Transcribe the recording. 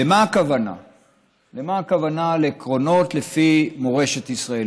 למה הכוונה "עקרונות של מורשת ישראל"?